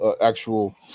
actual